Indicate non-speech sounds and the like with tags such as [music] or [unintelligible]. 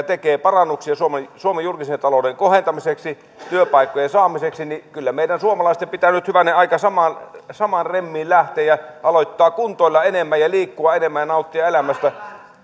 [unintelligible] tekee parannuksia suomen julkisen talouden kohentamiseksi ja työpaikkojen saamiseksi kyllä meidän suomalaisten pitää nyt hyvänen aika samaan remmiin lähteä ja alkaa kuntoilla ja liikkua enemmän ja nauttia elämästä